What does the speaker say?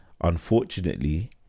unfortunately